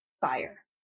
fire